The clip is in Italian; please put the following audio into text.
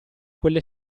quelle